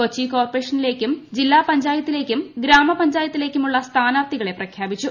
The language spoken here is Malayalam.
കൊച്ചി കോർപ്പറേഷനിലേക്കും ജില്ലാപഞ്ചായത്തിലേക്കും ഗ്രാമപഞ്ചായത്തിലേക്കുമുളള സ്ഥാനാർത്ഥികളെ പ്രഖ്യാപിച്ചു